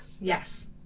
Yes